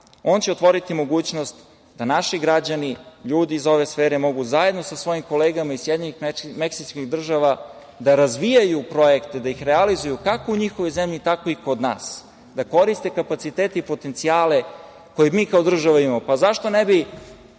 On će otvoriti mogućnost da naši građani, ljudi iz ove sfere mogu zajedno sa svojim kolegama iz Sjedinjenih Meksičkih Država da razvijaju projekte, da ih realizuju, kako u njihovoj zemlji, tako i kod nas, da koriste kapacitete i potencijale koje mi kao država imamo. Zašto ne bi